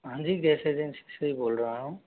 हाँ जी gas agency से ही बोल रहा हूँ